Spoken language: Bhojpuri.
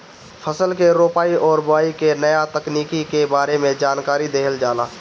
फसल के रोपाई और बोआई के नया तकनीकी के बारे में जानकारी देहल जाला